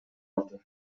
алды